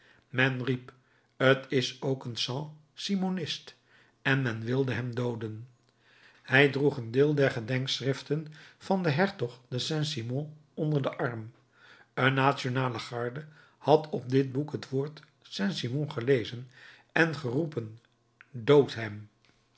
men riep t is ook een st simonist en men wilde hem dooden hij droeg een deel der gedenkschriften van den hertog de saint-simon onder den arm een nationale garde had op dit boek het woord saint-simon gelezen en geroepen